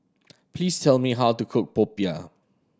please tell me how to cook popiah